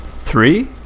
Three